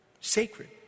Sacred